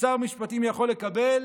ששר המשפטים יכול לקבל